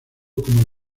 como